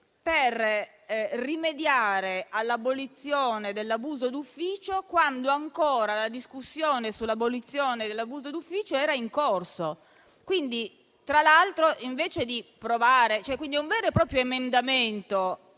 per rimediare all'abolizione dell'abuso d'ufficio quando ancora la discussione sull'abolizione dell'abuso d'ufficio era in corso. Quindi, è un vero e proprio